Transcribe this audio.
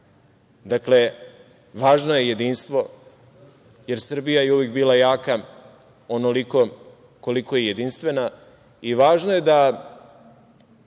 druge. Dakle, važno je jedinstvo, jer Srbija je uvek bila jaka onoliko koliko je jedinstvena i važno je da